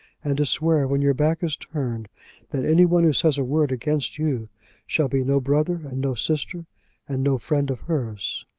and to swear when your back is turned that any one who says a word against you shall be no brother and no sister and no friend of hers.